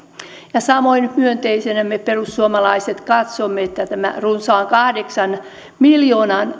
samoin myönteisenä me perussuomalaiset katsomme tämän runsaan kahdeksan miljoonan